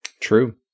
True